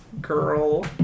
girl